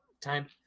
time